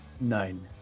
Nine